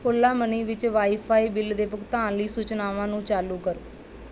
Ola money ਵਿੱਚ wi fi bill ਦੇ ਭੁਗਤਾਨ ਲਈ ਸੂਚਨਾਵਾਂ ਨੂੰ ਚਾਲੂ ਕਰੋ